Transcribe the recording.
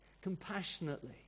compassionately